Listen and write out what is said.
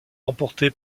remportée